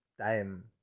time